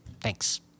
Thanks